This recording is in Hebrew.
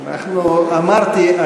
אמרתי,